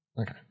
Okay